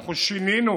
אנחנו שינינו